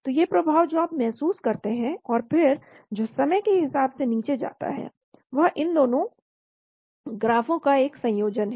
तो ये प्रभाव जो आप महसूस करते हैं और फिर जो समय के हिसाब से नीचे जाता है वह इन दोनों ग्राफों का एक संयोजन है